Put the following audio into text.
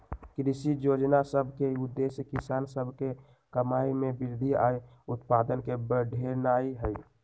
कृषि जोजना सभ के उद्देश्य किसान सभ के कमाइ में वृद्धि आऽ उत्पादन के बढ़ेनाइ हइ